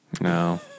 No